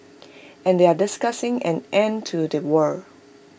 and they are discussing an end to the war